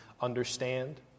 understand